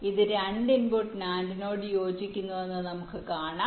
ഇത് രണ്ട് input NAND നോട് യോജിക്കുന്നുവെന്ന് നമുക്ക് പറയാം